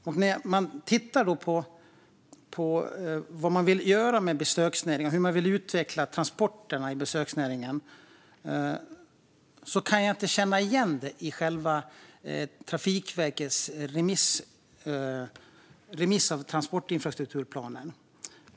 När det gäller vad man vill göra med besöksnäringen och hur man vill utveckla transporterna i besöksnäringen hittar jag ingenting om det i Trafikverkets transportinfrastrukturplan.